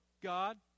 God